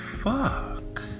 fuck